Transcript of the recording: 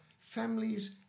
families